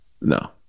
No